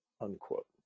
unquote